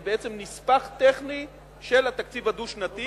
היא בעצם נספח טכני של התקציב הדו-שנתי.